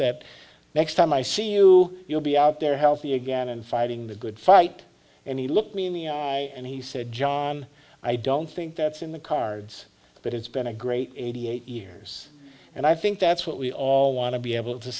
that next time i see you you'll be up there healthy again and fighting the good fight and he looked me in the eye and he said john i don't think that's in the cards but it's been a great eighty eight years and i think that's what we all want to be able to